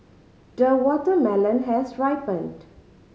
the watermelon has ripened